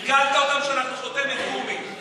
הרגלת אותם שאנחנו חותמת גומי.